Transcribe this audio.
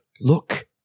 look